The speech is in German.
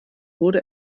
wurde